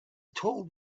told